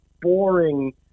boring